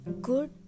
good